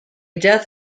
death